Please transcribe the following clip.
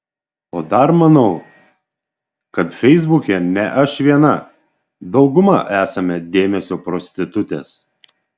o dar manau kad feisbuke ne aš viena dauguma esame dėmesio prostitutės